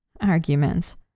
arguments